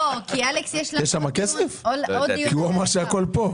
הוא אמר שהכול כאן.